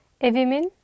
evimin